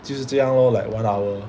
就是这样 lor like one hour